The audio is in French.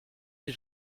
des